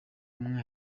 umwe